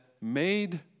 made